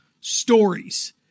stories